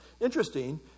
Interesting